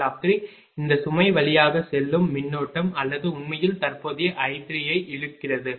PL3jQL3 இந்த சுமை வழியாகச் செல்லும் மின்னோட்டம் அல்லது உண்மையில் தற்போதைய i3 ஐ இழுக்கிறது